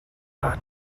are